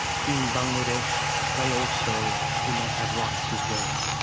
in bangladesh they also do not have rights as well.